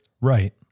Right